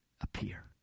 appear